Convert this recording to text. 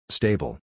Stable